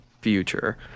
future